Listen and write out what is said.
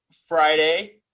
Friday